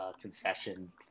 concession